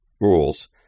rules